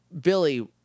Billy